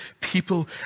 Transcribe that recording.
people